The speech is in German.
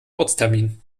ortstermin